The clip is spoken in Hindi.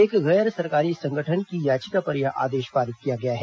एक गैर सरकारी संगठन की याचिका पर यह आदेश पारित किया गया है